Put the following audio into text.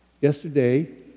yesterday